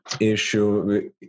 issue